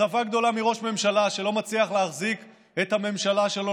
אכזבה גדולה מראש ממשלה שלא מצליח להחזיק את הממשלה שלו,